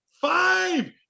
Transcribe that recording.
five